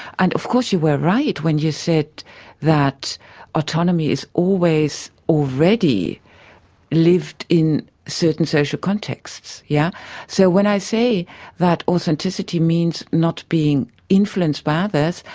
and of course you were right when you said that autonomy is always already lived in certain social contexts. yeah so when i say that authenticity means not being influenced by others,